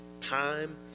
time